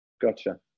gotcha